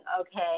okay